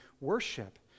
worship